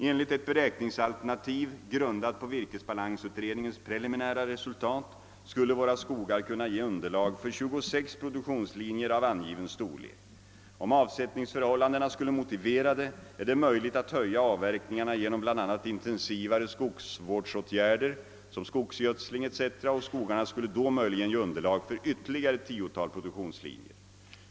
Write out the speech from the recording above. Enligt ett beräkningsalternativ, grundat på virkesbalansutredningens preliminära resultat, skulle våra skogar kunna ge underlag för 26 produktionslinjer av angiven storlek. Om avsättningsförhållandena skulle motivera det, är det möjligt att höja avverkningarna genom bl a. intensivare skogsvårdsåtgärder som skogsgödsling etc. och skogarna skulle då möjligen ge underlag för ytterligare ett tiotal produktionslinjer.